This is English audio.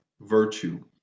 Virtue